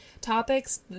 topics